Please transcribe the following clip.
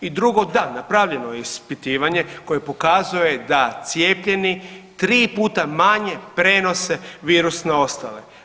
I drugo, da, napravljeno je ispitivanje koje pokazuje da cijepljeni 3 puta manje prenose virus na ostale.